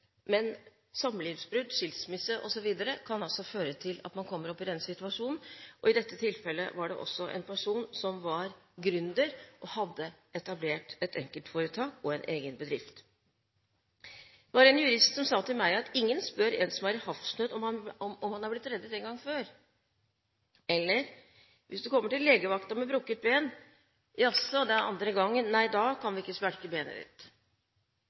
Men samlivsbrudd, skilsmisse osv. kan altså føre til at man kommer opp i den situasjonen. I dette tilfellet var det en person som var gründer og hadde etablert et enkeltpersonforetak og en egen bedrift. Det var en jurist som sa til meg at ingen spør en som er i havsnød, om han er blitt reddet en gang før. Hvis man kommer til legevakten med brukket ben, blir man ikke møtt med: Jaså, det er andre gangen? Nei, da kan vi ikke spjelke benet ditt!